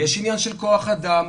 יש עניין של כוח אדם,